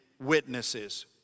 witnesses